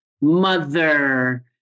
Mother